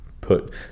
put